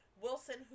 Wilson